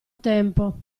tempo